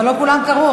אבל לא כולם קראו.